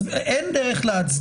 אי אפשר, אין דרך להצדיק